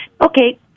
okay